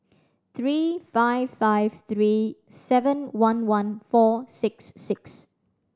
three five five three seven one one four six six